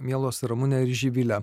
mielos ramune ir živile